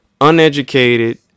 Uneducated